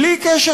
בלי קשר,